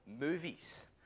movies